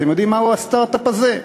אתם יודעים מהו הסטרט-אפ הזה?